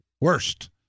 worst